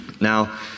Now